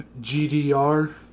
GDR